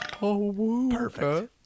Perfect